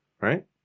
right